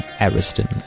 Ariston